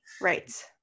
Right